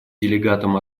делегатам